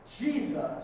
Jesus